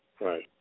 Right